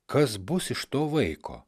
kas bus iš to vaiko